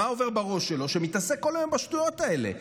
מה עובר בראש שלו שהוא מתעסק כל היום בשטויות האלה?